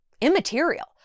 immaterial